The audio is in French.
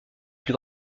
plus